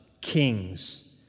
kings